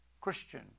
Christian